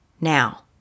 now